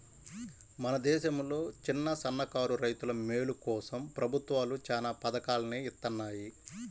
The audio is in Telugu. మన దేశంలో చిన్నసన్నకారు రైతుల మేలు కోసం ప్రభుత్వాలు చానా పథకాల్ని ఇత్తన్నాయి